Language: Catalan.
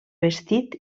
vestit